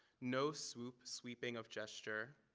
no swoop sweeping of gesture.